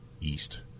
east